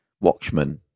Watchmen